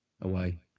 away